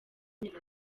amezi